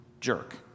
jerk